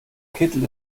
kittel